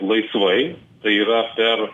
laisvai tai yra per